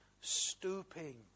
stooping